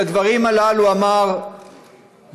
את הדברים הללו אמר בן-גוריון,